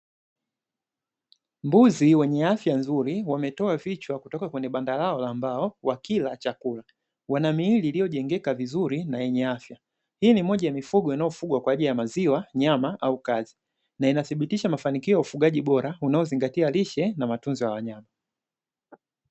Mbuzi wenye afya nzuri, wametoa vichwa kutoka kwenye banda lao la mbao wakila chakula, wana miili iliyojengeka vizuri na yenye afya, hii ni moja ya mifugo inayofugwa kwa ajili ya maziwa, nyama au kazi na inathibitisha mafanikio ya ufugaji bora unaozingatia lishe na matunzo ya wanyama.